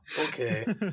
Okay